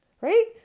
right